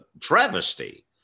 travesty